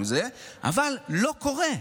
אבל זה לא קורה.